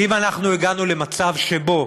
ואם אנחנו הגענו למצב שבו